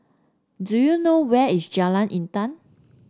do you know where is Jalan Intan